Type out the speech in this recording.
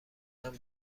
ذهنم